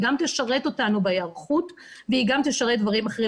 היא גם תשרת אותנו בהיערכות והיא גם תשרת דברים אחרים.